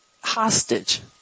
hostage